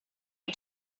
you